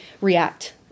react